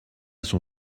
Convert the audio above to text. son